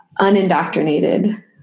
unindoctrinated